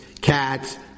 cats